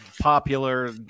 popular